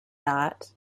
not